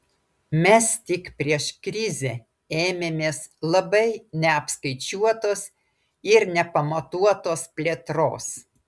mes tik prieš krizę ėmėmės labai neapskaičiuotos ir nepamatuotos plėtros